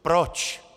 Proč?